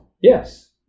Yes